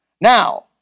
Now